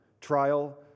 trial